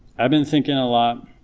i've been thinking a lot